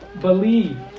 believe